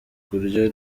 kurya